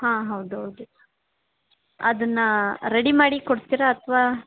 ಹಾಂ ಹೌದು ಹೌದು ಅದನ್ನು ರಡಿ ಮಾಡಿ ಕೊಡ್ತೀರಾ ಅಥವಾ